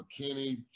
McKinney